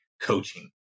coaching